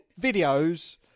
videos